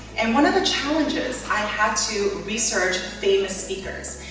and one of the challenges, i had to research famous speakers,